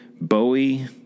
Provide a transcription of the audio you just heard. Bowie